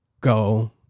go